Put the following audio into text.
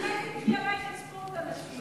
אולי תיקחי אלייך את ספורט הנשים,